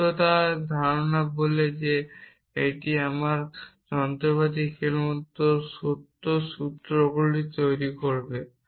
সুস্থতার ধারণাটি বলে যে আমার যন্ত্রপাতি কেবলমাত্র সত্য সূত্রগুলি তৈরি করবে